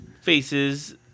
faces